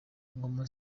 ngoma